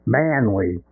manly